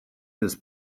his